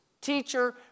Teacher